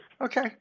Okay